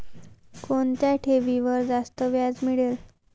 कोणत्या ठेवीवर जास्त व्याज मिळेल?